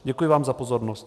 Děkuji vám za pozornost.